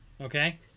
Okay